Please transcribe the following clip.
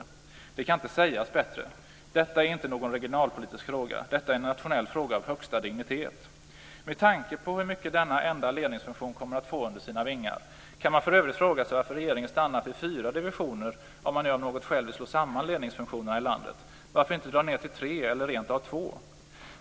Det kan inte sägas bättre. Detta är inte någon regionalpolitisk fråga. Detta är en nationell fråga av högsta dignitet! Med tanke på hur mycket denna enda ledningsfunktion kommer att få under sina vingar kan man för övrigt fråga sig varför regeringen stannat vid fyra divisioner, om man nu av något skäl vill slå samman ledningsfunktionerna i landet. Varför inte dra ned till tre eller rent av två?